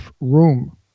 room